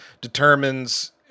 determines